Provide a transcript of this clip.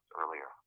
earlier